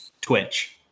Twitch